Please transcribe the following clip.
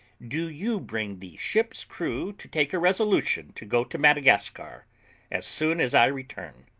do you bring the ship's crew to take a resolution to go to madagascar as soon as i return.